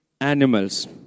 animals